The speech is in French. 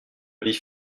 avis